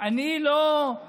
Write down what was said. אני לא יודע